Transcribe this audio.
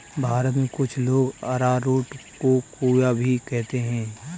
भारत में कुछ लोग अरारोट को कूया भी कहते हैं